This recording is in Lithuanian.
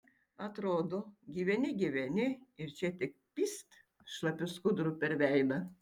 atrodo gyveni gyveni ir čia tik pyst šlapiu skuduru per veidą